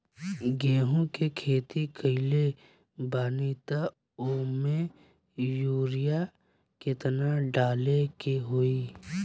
गेहूं के खेती कइले बानी त वो में युरिया केतना डाले के होई?